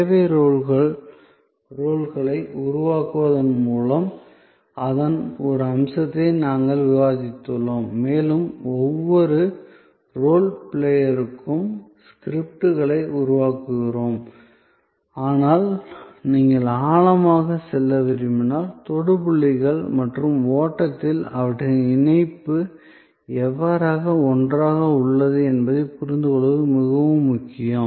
சேவை ரோல்களை உருவாக்குவதன் மூலம் அதன் ஒரு அம்சத்தை நாங்கள் விவாதித்துள்ளோம் மேலும் ஒவ்வொரு ரோல் பிளேயருக்கும் ஸ்கிரிப்ட்களை உருவாக்குகிறோம் ஆனால் நீங்கள் ஆழமாகச் செல்ல விரும்பினால் தொடு புள்ளிகள் மற்றும் ஓட்டத்தில் அவற்றின் இணைப்பு எவ்வாறு ஒன்றாக உள்ளது என்பதைப் புரிந்துகொள்வது மிகவும் முக்கியம்